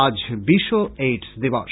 আজ বিশ্ব এইডস দিবস